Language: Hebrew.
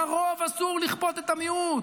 לרוב אסור לכפות על המיעוט,